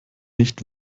nicht